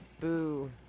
Boo